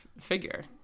figure